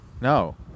No